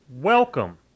welcome